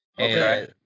Okay